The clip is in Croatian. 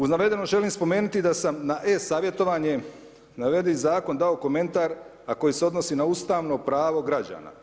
U navedenom želim spomenuti da sam na e-savjetovanje na navedeni zakon dao komentar a koji se odnosi na ustavno pravo građana.